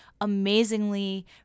amazingly